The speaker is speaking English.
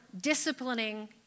disciplining